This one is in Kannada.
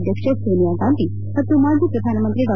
ಅಧ್ಯಕ್ಷೆ ಸೋನಿಯಾಗಾಂಧಿ ಮತ್ತು ಮಾಜಿ ಪ್ರಧಾನಮಮಂತ್ರಿ ಡಾ